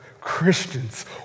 Christians